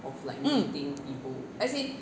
mm